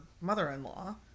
mother-in-law